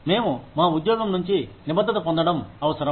మేము మా ఉద్యోగం నుంచి నిబద్ధత పొందడం అవసరం